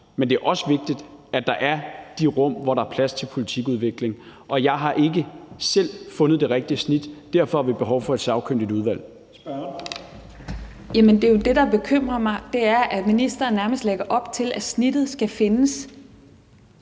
men det er også vigtigt, at der er de rum, hvor der er plads til politikudvikling, og jeg har ikke selv fundet det rigtige snit. Derfor har vi behov for et sagkyndigt udvalg. Kl. 11:50 Første næstformand (Leif Lahn Jensen): Spørgeren. Kl. 11:50 Zenia Stampe